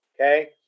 okay